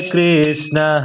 Krishna